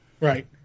Right